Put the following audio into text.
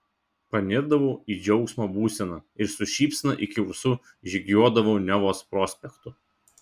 panirdavau į džiaugsmo būseną ir su šypsena iki ausų žygiuodavau nevos prospektu